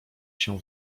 się